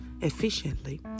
efficiently